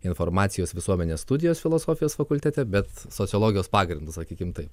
informacijos visuomenės studijos filosofijos fakultete bet sociologijos pagrindas sakykim taip